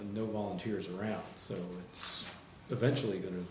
no volunteers around so it's eventually going to